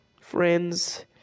friends